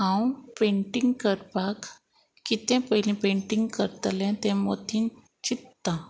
हांव पेंटींग करपाक कितें पयलीं पेंटींग करतलें तें मोतीन चित्तां